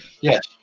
yes